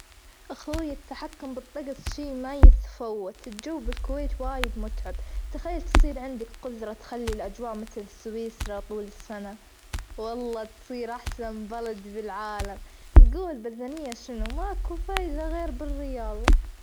أخوي التحكم بالطجس شي ما يتفوت الجو بالكويت وايد متعب، تخيل تصير عندك قدرة تخلي الأجواء مثل سويسرا طول السنة والله تصير أحسن بلد بالعالم، الجوة البدنية شنو ماكو فايدة غير بالرياظة.